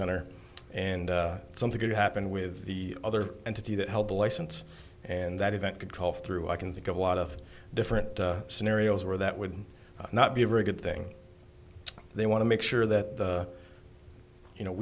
center and something could happen with the other entity that held the license and that event could call through i can think of a lot of different scenarios where that would not be a very good thing they want to make sure that you know